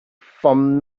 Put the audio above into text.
from